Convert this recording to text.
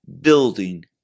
building